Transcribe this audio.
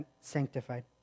sanctified